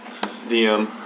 DM